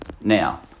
Now